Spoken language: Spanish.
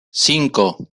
cinco